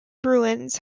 bruins